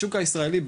השוק הישראלי,